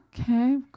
okay